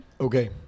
Okay